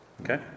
Okay